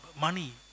money